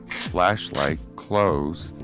flashlight, clothes,